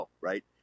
right